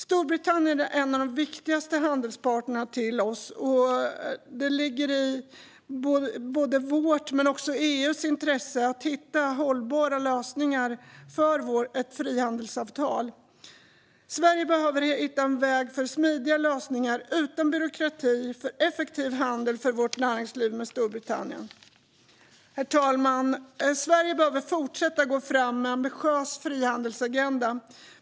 Storbritannien är en av Sveriges viktigaste handelspartner, och det ligger i både vårt och EU:s intresse att hitta hållbara lösningar för ett frihandelsavtal. Sverige behöver hitta en väg för smidiga lösningar utan byråkrati för effektiv handel för vårt näringsliv med Storbritannien. Herr talman! Sverige behöver fortsätta att gå fram med en ambitiös frihandelsagenda.